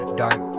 dark